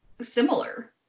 similar